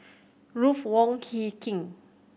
Ruth Wong Hie King